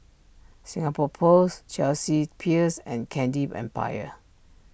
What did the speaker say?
Singapore Post Chelsea Peers and Candy Empire